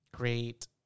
Great